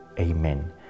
Amen